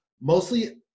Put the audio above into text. mostly